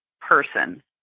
person